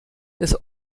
des